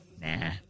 Nah